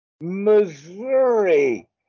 Missouri